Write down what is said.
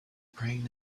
praying